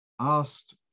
asked